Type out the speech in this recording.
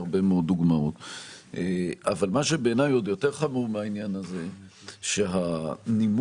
אבל מה שבעיניי עוד יותר חמור מהעניין הזה זה שהנימוק